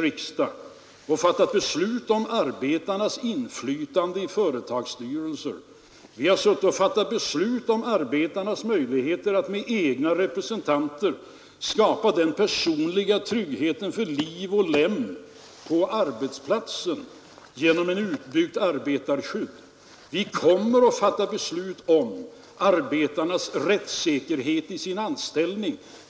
riksdagen i år och fattat beslut om arbetarnas inflytande i företagsstyrelser, vi har fattat beslut om arbetarnas möjligheter att med egna representanter skapa verklig trygghet för liv och lem på arbetsplatsen genom ett utbyggt arbetarskydd, och vi kommer att fatta beslut om arbetarnas rättssäkerhet i sin anställning.